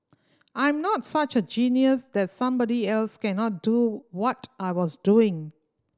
I'm not such a genius that somebody else cannot do what I was doing